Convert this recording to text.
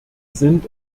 sind